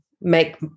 make